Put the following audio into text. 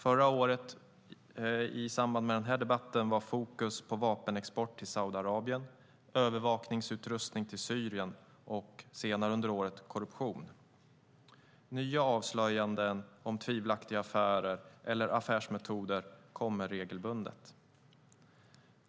Förra året i samband med handelspolitisk debatt i kammaren var fokus på vapenexport till Saudiarabien, övervakningsutrustning till Syrien och senare under året korruption. Nya avslöjanden om tvivelaktiga affärer eller affärsmetoder kommer regelbundet.